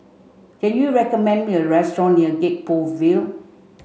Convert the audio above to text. can you recommend me a restaurant near Gek Poh Ville